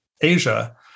Asia